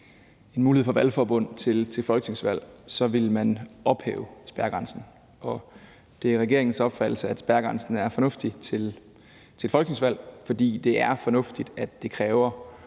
en mulighed for valgforbund til folketingsvalg, vil man ophæve spærregrænsen, og det er regeringens opfattelse, at spærregrænsen er fornuftig til et folketingsvalg, fordi det er fornuftigt, at det kræver